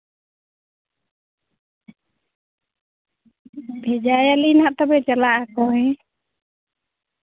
ᱵᱷᱮᱡᱟᱭᱮᱭᱟᱞᱤᱧ ᱱᱟᱜ ᱛᱚᱵᱮ ᱪᱟᱞᱟᱜᱼᱟᱠᱚ ᱦᱮᱸ